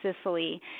sicily